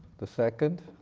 the second